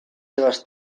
seves